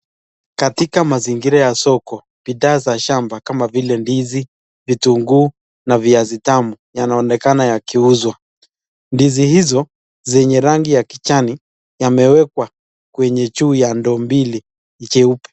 Katika mazingira ya soko, bidhaa ya shamba kama vile ndizi, vitunguu na viazi tamu yanaonekana yakiuzwa, ndizi hizo yenye rangi ya kijani yamewekwa kwenye juu ya ndoo mbili jeupe.